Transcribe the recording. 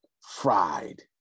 fried